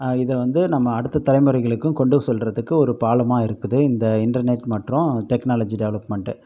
இதை வந்து நம்ம அடுத்த தலைமுறைகளுக்கும் கொண்டு சொல்கிறதுக்கு ஒரு பாலமாக இருக்குது இந்த இண்டர்நெட் மற்றும் இந்த டெக்னாலஜி டெவலப்மெண்ட்